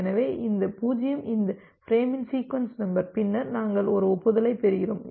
எனவே இந்த 0 இந்த ஃபிரேமின் சீக்வென்ஸ் நம்பர் பின்னர் நாங்கள் ஒரு ஒப்புதலைப் பெறுகிறோம்